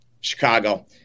Chicago